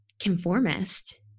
conformist